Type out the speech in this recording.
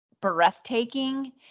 breathtaking